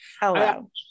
hello